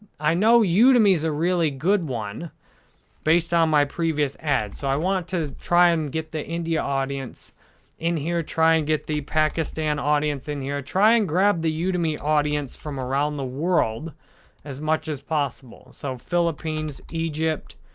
i know yeah udemy's a really good one based on my previous ads, so i want to try and get the india audience in here, try and get the pakistan audience in here. try and grab the yeah udemy audience from around the world as much as possible, so philippines, egypt.